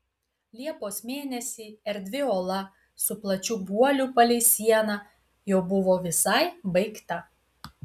liepos mėnesį erdvi ola su plačiu guoliu palei sieną jau buvo visai baigta